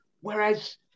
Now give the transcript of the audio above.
whereas